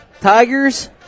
Tigers